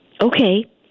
Okay